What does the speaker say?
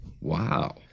Wow